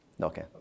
Okay